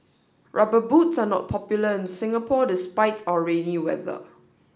rubber boots are not popular in Singapore despite our rainy weather